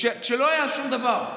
כשלא היה שום דבר.